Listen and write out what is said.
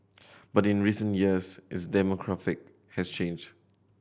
but in recent years its demographic has changed